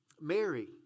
Mary